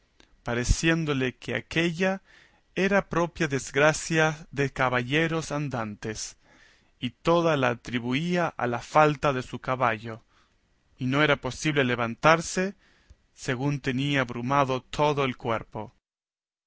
pareciéndole que aquélla era propia desgracia de caballeros andantes y toda la atribuía a la falta de su caballo y no era posible levantarse según tenía brumado todo el cuerpo